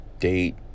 date